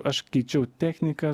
aš keičiau techniką